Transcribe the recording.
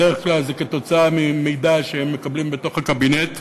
בדרך כלל זה כתוצאה ממידע שהם מקבלים בתוך הקבינט,